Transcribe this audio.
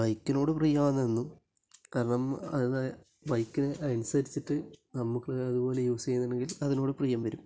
ബൈക്കിനോട് പ്രിയമാണെന്നും കാരണം ബൈക്ക് അനുസരിച്ചിട്ട് നമുക്ക് അത് പോലെ യൂസ് ചെയ്യണമെങ്കിൽ നമുക്ക് അതിനോട് പ്രിയം വരും